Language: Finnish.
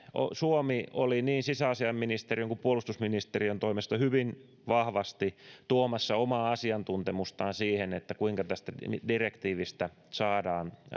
suomi oli niin sisäasiainministeriön kuin puolustusministeriön toimesta hyvin vahvasti tuomassa omaa asiantuntemustaan siihen kuinka direktiivistä saadaan